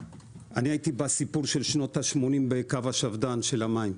הייתי בסיפור של שנות השמונים עם קו השפד"ן של המים.